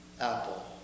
apple